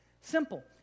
simple